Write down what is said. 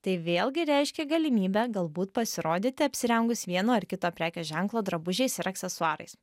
tai vėlgi reiškia galimybę galbūt pasirodyti apsirengus vieno ar kito prekės ženklo drabužiais ir aksesuarais